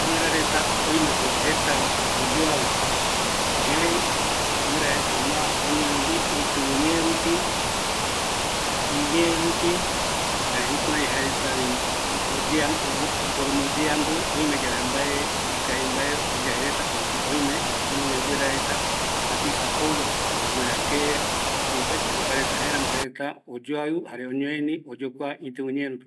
Guira reta jetako oyoavi, erei guira reta oñoeni iñeerupi, iñeerupi oporomboyeandureta, oime yave mbae ikavi mbae oya jeereta, oimeko japisa guirareta jouva, guɨrakee, jaeramo jaereta oikuauka iñeerupi